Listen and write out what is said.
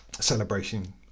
celebration